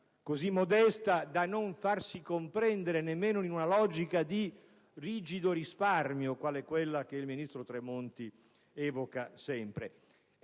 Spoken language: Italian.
così modesta da non farsi comprendere nemmeno in una logica di rigido risparmio, quale quella che il ministro Tremonti evoca sempre.